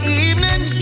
evening